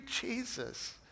Jesus